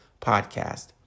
podcast